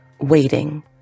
waiting